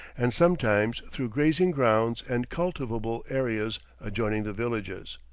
and sometimes through grazing grounds and cultivable areas adjoining the villages.